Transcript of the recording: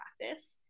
practice